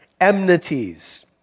enmities